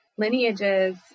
Lineages